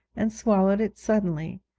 and swallowed it suddenly,